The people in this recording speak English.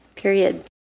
Period